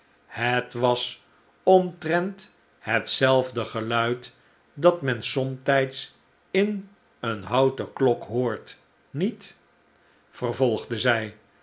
het was omtrent hetzelfde geluid dat men somtijds in eene houten klok hoort niet vervolgde zij